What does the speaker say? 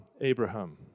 Abraham